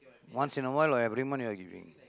once in a while or every month you are giving